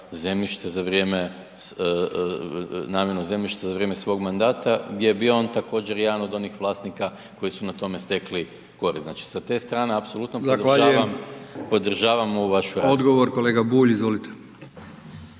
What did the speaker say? namjenu zemljišta za vrijeme svog mandata gdje je bio on također jedan od onih vlasnika koji su na tome stekli korist. Znači sa te strane apsolutno podržavam .../Upadica: Zahvaljujem./... ovu vašu